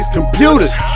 computers